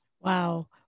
Wow